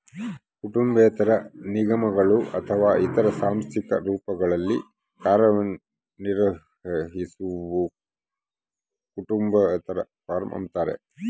ಕುಟುಂಬೇತರ ನಿಗಮಗಳು ಅಥವಾ ಇತರ ಸಾಂಸ್ಥಿಕ ರೂಪಗಳಲ್ಲಿ ಕಾರ್ಯನಿರ್ವಹಿಸುವವು ಕುಟುಂಬೇತರ ಫಾರ್ಮ ಅಂತಾರ